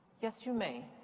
yes, you may.